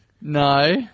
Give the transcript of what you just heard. No